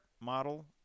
model